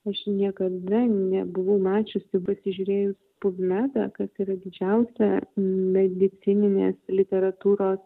aš niekada nebuvau mačiusi pasižiūrėjus pubmedą kas yra didžiausia medicininės literatūros